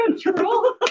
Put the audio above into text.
control